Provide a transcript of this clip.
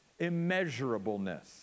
immeasurableness